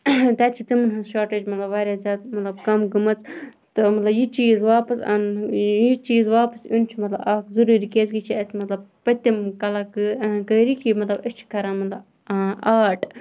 تَتہِ چھِ تِمَن ہِنٛز مَطلب شاٹیج واریاہ زیادٕ مَطلَب کَم گٔمٕژ تہٕ مَطلَب یہِ چیٖز واپَس اَنُن یہِ چیٖز واپَس انُن چھُ مَطلَب اکھ ضروٗری کیازکہِ یہِ چھُ اَسہِ مَطلَب پٔتِم کَلاکٲری کہِ مَطلَب أسۍ چھِ کَران مَطلَب آٹ